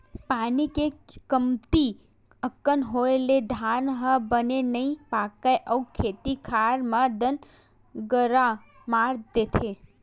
पानी के कमती अकन होए ले धान ह बने नइ पाकय अउ खेत खार म दनगरा मार देथे